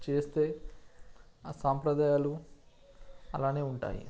చేస్తే ఆ సాంప్రదాయాలు అలానే ఉంటాయి